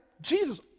Jesus